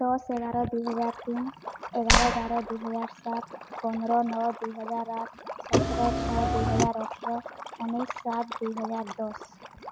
ଦଶ ଏଗାର ଦୁଇ ହଜାର ତିନି ଏଗାର ବାର ଦୁଇ ହଜାର ସାତ ପନ୍ଦର ନଅ ଦୁଇ ହଜାର ଆଠ ସତର ଛଅ ଦୁଇ ହଜାର ଅଠର ଉଣେଇଶି ଶହ ସାତ ଦୁଇ ହଜାର ଦଶ